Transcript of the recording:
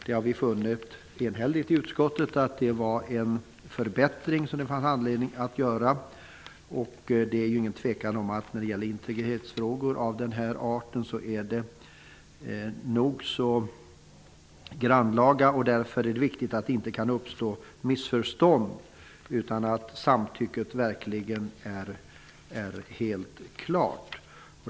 Ett enhälligt utskott har funnit att detta var en förbättring som det fanns anledning att göra. Det råder inga tvivel om att det är nog så grannlaga när det gäller integritetsfrågor av den här arten. Därför är det viktigt att det inte kan uppstå missförstånd. Samtycket måste verkligen vara helt klart.